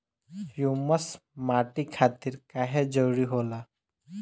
Humus माटी खातिर काहे जरूरी होला?